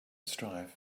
strive